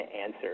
answer